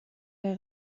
der